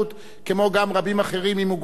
כמו גם רבים אחרים עם מוגבלויות,